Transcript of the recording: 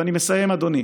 ואני מסיים אדוני,